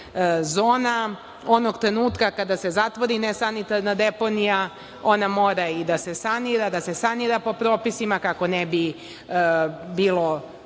zona, onog trenutka kada se zatvori nesanitarna deponija, ona mora i da se sanira, da se sanira po propisima, kako ne bi bilo